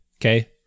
Okay